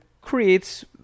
creates